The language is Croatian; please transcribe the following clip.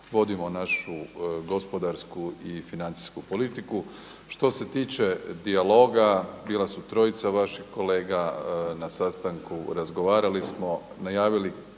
vodimo našu gospodarsku i financijsku politiku. Što se tiče dijaloga bila su trojica vaših kolega na sastanku, razgovarali smo, najavili